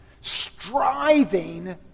striving